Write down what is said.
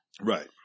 Right